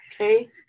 okay